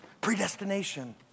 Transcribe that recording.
Predestination